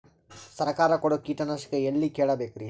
ಸರಕಾರ ಕೊಡೋ ಕೀಟನಾಶಕ ಎಳ್ಳಿ ಕೇಳ ಬೇಕರಿ?